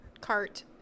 cart